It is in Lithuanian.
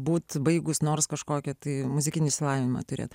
būti baigus nors kažkokį tai muzikinį išsilavinimą turėt